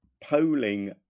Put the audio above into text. polling